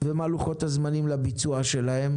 מה לוחות הזמנים לביצוע שלהם